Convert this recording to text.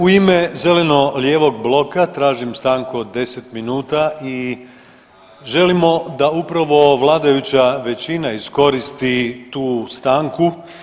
U ime Zeleno-lijevog bloka tražim stanku od 10 minuta i želimo da upravo vladajuća većina iskoristi tu stanku.